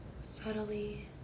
subtly